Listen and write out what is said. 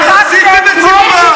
עשיתם את זה כבר.